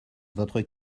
votre